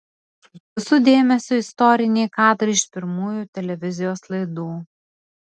jūsų dėmesiui istoriniai kadrai iš pirmųjų televizijos laidų